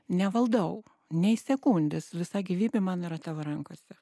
nevaldau nei sekundės visa gyvybė man yra tavo rankose